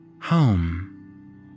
Home